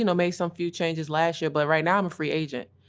you know, made some few changes last year, but right now i'm a free agent.